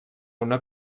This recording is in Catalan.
una